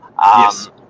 Yes